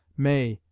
may,